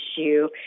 issue